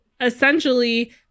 essentially